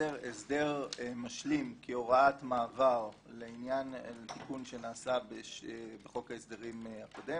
לייצר הסדר משלים כהוראת מעבר לעניין תיקון שנעשה בחוק ההסדרים הקודם,